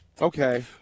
Okay